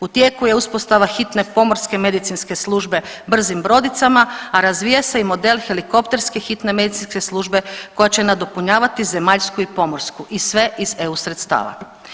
U tijeku je uspostava hitne pomorske medicinske službe brzim brodicama, a razvija se i model helikopterske hitne medicinske službe koja će nadopunjavati zemaljsku i pomorsku i sve iz EU sredstava.